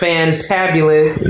Fantabulous